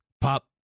pop